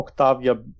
Octavia